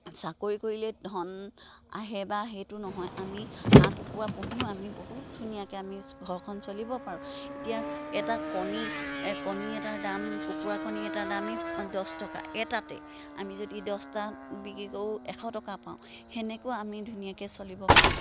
চাকৰি কৰিলে ধন আহে বা সেইটো নহয় আমি হাঁহ কুকুৰা পুহিও আমি বহুত ধুনীয়াকে আমি ঘৰখন চলিব পাৰোঁ এতিয়া এটা কণী কণী এটাৰ দাম কুকুৰা কণী এটা দামেই দছ টকা এটাতে আমি যদি দছটা বিক্ৰী কৰো এশ টকা পাওঁ সেনেকৈ আমি ধুনীয়াকে চলিব পাৰো